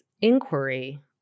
inquiry